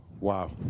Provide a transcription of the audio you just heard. wow